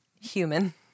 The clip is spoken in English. human